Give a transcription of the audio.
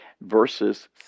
verses